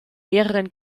mehreren